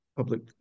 public